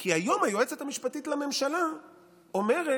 כי היום היועצת המשפטית לממשלה אומרת